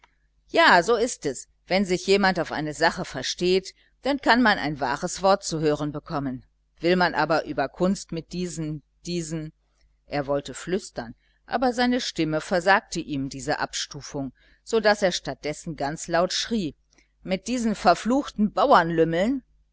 ja so ist es wenn sich jemand auf eine sache versteht dann kann man ein wahres wort zu hören bekommen will man aber über kunst mit diesen diesen er wollte flüstern aber seine stimme versagte ihm diese abstufung so daß er statt dessen ganz laut schrie mit diesen verfluchten